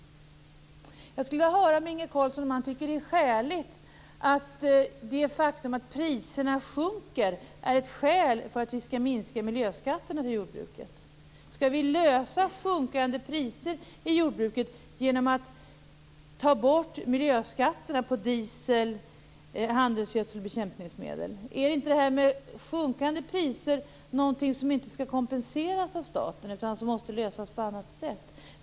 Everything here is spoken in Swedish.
Jag skulle vilja höra med Inge Carlsson om han tycker att det faktum att priserna sjunker är ett skäl för att vi skall minska miljöskatterna till jordbruket. Skall vi lösa sjunkande priser i jordbruket genom att ta bort miljöskatterna på diesel, handelsgödsel och bekämpningsmedel? Är inte sjunkande priser någonting som inte skall kompenseras av staten, utan som måste lösas på annat sätt?